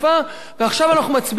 ועכשיו אנחנו מצביעים על זה.